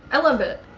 i love it